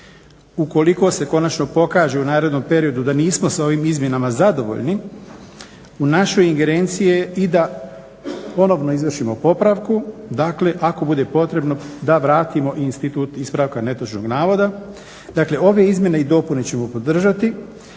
Ukoliko se konačno pokaže u narednom periodu da nismo sa ovim izmjenama zadovoljni u našoj ingerenciji je i da ponovno izvršimo popravku. Dakle, ako bude potrebno da vratimo i institut ispravka netočnog navoda. Dakle, ove izmjene i dopune ćemo podržati.